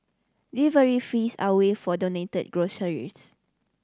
delivery fees are waived for donated groceries